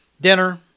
Dinner